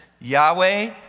Yahweh